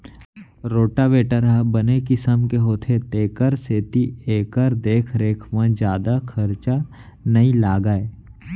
rotavator ह बने किसम के होथे तेकर सेती एकर देख रेख म जादा खरचा नइ लागय